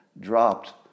dropped